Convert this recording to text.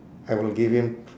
I will give him